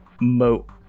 Moat